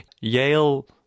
Yale